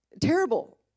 terrible